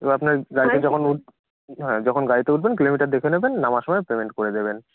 এবার আপনার গাড়িতে যখন হ্যাঁ যখন গাড়িতে উঠবেন কিলোমিটার দেখে নেবেন নামার সময় পেমেন্ট করে দেবেন